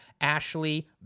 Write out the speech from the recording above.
ashley